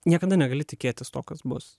niekada negali tikėtis to kas bus